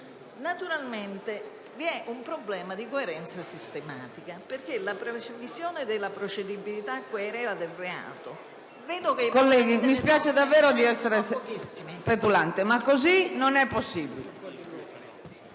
Naturalmente vi è un problema di coerenza sistematica, perché la previsione della procedibilità a querela del reato...